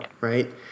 Right